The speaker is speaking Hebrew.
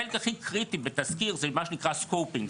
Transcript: החלק הכי קריטי בתסקיר זה מה שנקרא Scoping,